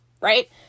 right